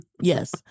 Yes